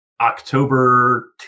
October